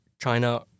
China